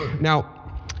Now